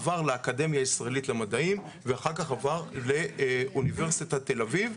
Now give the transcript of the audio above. עבר לאקדמיה הישראלית למדעים ואחר כך עבר לאוניברסיטת תל אביב,